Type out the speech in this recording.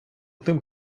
тим